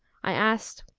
i asked,